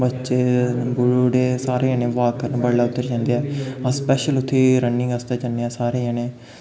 बच्चे बूढ़े सारे जने बाक करन बडलै उद्धर जंदे ऐ अस स्पैशल उत्थै रन्निंग आस्तै जन्ने आं सारे जने